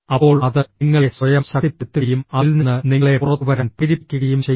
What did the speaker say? അപ്പോൾ അത് നിങ്ങളെ സ്വയം ശക്തിപ്പെടുത്തുകയും അതിൽ നിന്ന് നിങ്ങളെ പുറത്തുവരാൻ പ്രേരിപ്പിക്കുകയും ചെയ്യും